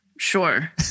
sure